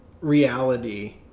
reality